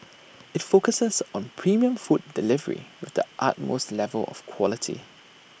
IT focuses on premium food delivery with the utmost level of quality